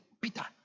Peter